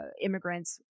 immigrants